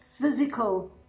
physical